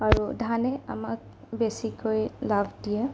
আৰু ধানে আমাক বেছিকৈ লাভ দিয়ে